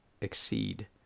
exceed